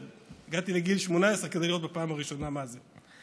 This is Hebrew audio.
הגעתי לגיל 18 כדי לראות בפעם הראשונה מה זה.